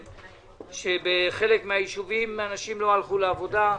שבחלק מהישובים אנשים לא הלכו לעבודה,